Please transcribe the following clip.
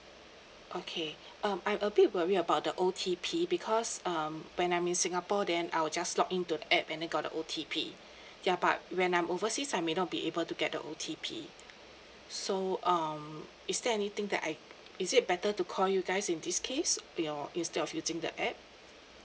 okay uh I'm a bit worry about the O_T_P because um when I'm in singapore then I will just log into the app and then got the O_T_P ya but when I'm overseas I may not be able to get the O_T_P so um is there anything that I is it better to call you guys in this case or instead of using the app